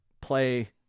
play